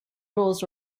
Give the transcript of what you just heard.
rolls